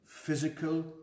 physical